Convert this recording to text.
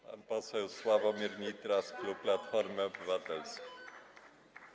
Pan poseł Sławomir Nitras, klub Platformy Obywatelskiej.